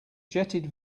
jetted